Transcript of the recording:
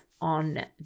on